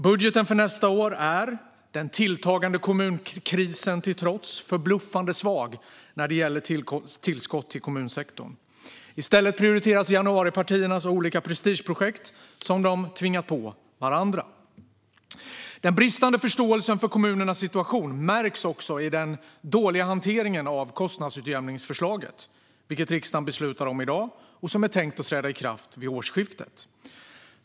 Budgeten för nästa år är, den tilltagande kommunkrisen till trots, förbluffande svag när det gäller tillskott till kommunsektorn. I stället prioriteras januaripartiernas olika prestigeprojekt som de tvingat på varandra. Den bristande förståelsen för kommunernas situation märks också i den dåliga hanteringen av kostnadsutjämningsförslaget, vilket riksdagen beslutar om i dag och som är tänkt att träda i kraft vid årsskiftet.